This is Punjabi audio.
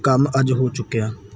ਕੰਮ ਅੱਜ ਹੋ ਚੁੱਕਿਆ